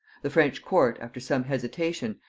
the french court, after some hesitation,